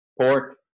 pork